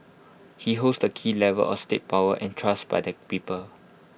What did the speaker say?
he holds the key levers of state power entrusted by the people